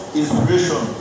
inspiration